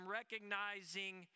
recognizing